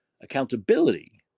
Accountability